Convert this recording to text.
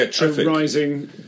rising